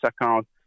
account